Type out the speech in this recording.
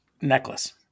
necklace